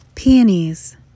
peonies